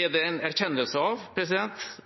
Er det en erkjennelse av